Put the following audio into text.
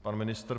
Pan ministr.